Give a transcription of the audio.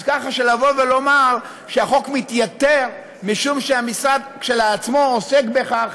ככה שלומר שהחוק מתייתר משום שהמשרד כשלעצמו עוסק בכך,